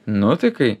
nu tai kai